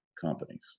companies